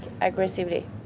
aggressively